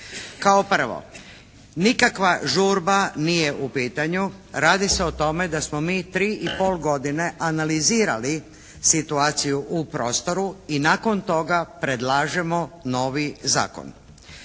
Kao prvo, nikakva žurba nije u pitanju. Radi se o tome da smo mi tri i pol godine analizirali situaciju u prostoru i nakon toga predlažemo novi zakon.